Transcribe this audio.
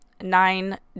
nine